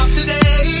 today